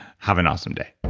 have an awesome day.